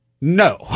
no